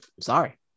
sorry